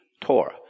Torah